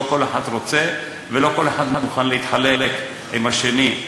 לא כל אחד רוצה ולא כל אחד מוכן להתחלק עם השני,